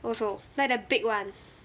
also like the big ones